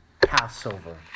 Passover